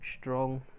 strong